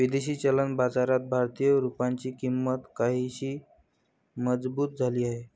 विदेशी चलन बाजारात भारतीय रुपयाची किंमत काहीशी मजबूत झाली आहे